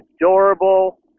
adorable